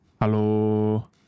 Hello